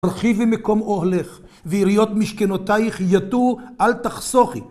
הרחיבי מקום אוהלך, ויריעות משכנותייך יטו, אל תחסוכי